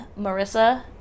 Marissa